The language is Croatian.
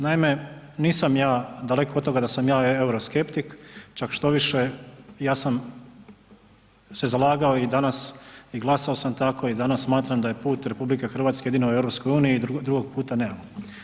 Naime, nisam ja daleko od toga da sam ja euroskeptik, čak štoviše ja sam se zalagao i glasao sam tako i danas smatram da je put RH jedino u EU i drugog puta nemamo.